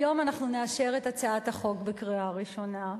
היום אנחנו נאשר את הצעת החוק בקריאה ראשונה,